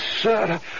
sir